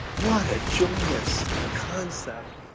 what a joyous concept